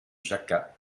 jacquat